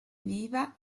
viva